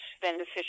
beneficial